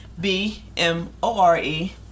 B-M-O-R-E